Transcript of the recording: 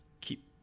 keep